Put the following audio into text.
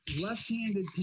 left-handed